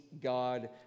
God